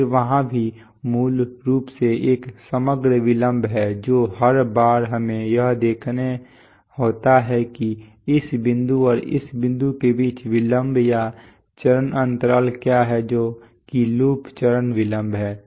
फिर वहाँ भी मूल रूप से एक समग्र विलंब है जो हर बार हमें यह देखना होता है कि इस बिंदु और इस बिंदु के बीच विलंब या चरण अंतराल क्या है जो कि लूप चरण विलंब है